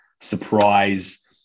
surprise